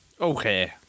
Okay